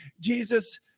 Jesus